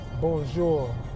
Bonjour